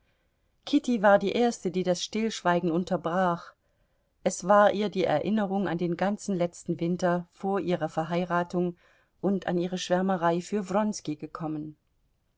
kitty war die erste die das stillschweigen unterbrach es war ihr die erinnerung an den ganzen letzten winter vor ihrer verheiratung und an ihre schwärmerei für wronski gekommen